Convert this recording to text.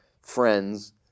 friends